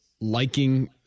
liking